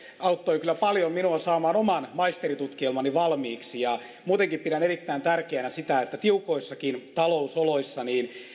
auttoi kyllä paljon minua saamaan oman maisterintutkielmani valmiiksi ja muutenkin pidän erittäin tärkeänä sitä että tiukoissakin talousoloissa